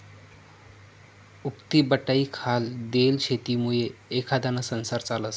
उक्तीबटाईखाल देयेल शेतीमुये एखांदाना संसार चालस